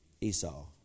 Esau